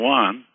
one